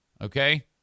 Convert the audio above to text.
okay